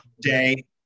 day